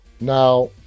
now